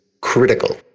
critical